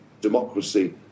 democracy